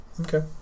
Okay